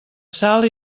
salt